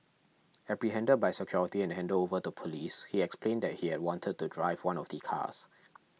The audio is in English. apprehended by security and handed over to police he explained that he had wanted to drive one of the cars